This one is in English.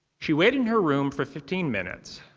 she waited in her room for fifteen minutes,